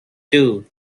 too